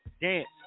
Dance